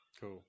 Cool